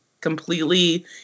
completely